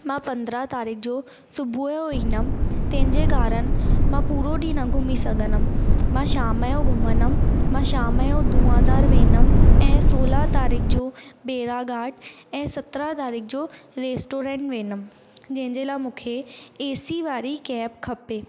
मां पंद्राहं तारीख़ जो सुबुह जो ईंदमि तंहिंजे कारणु मां पूरो ॾींहुं न घुमी सघंदमि मां शाम जो घुमंदमि मां शाम जो धूआंदार ईंदमि ऐं सोलह तारीख़ जो बेराघाट ऐं सतिरहं तारीख़ जो रेस्टोरैंट वेंदमि जंहिंजे लाइ मूंखे ए सी वारी कैब खपे